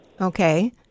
Okay